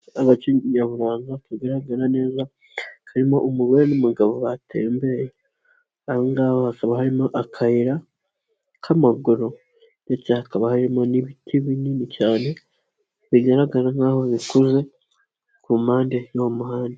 Agace nyaburanga kagaragara neza, karimo umugore n'umugabo batembeye, aho ngaho hakaba harimo akayira k'amaguru ndetse hakaba harimo n'ibiti binini cyane, bigaragara nk'aho bikuze ku mpande y'uwo muhanda.